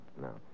no